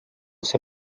see